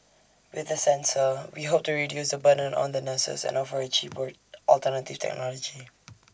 with the sensor we hope to reduce the burden on the nurses and offer A cheaper alternative technology